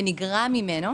ונגרע ממנו,